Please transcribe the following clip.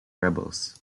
rebels